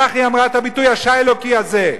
כך היא אמרה, את הביטוי השיילוקי הזה,